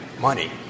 money